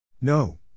No